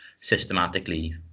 systematically